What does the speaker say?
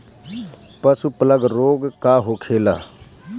पशु प्लग रोग का होखेला?